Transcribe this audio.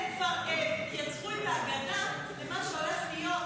הם כבר ייצרו את ההגנה למה שהולך להיות.